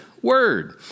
Word